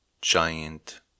giant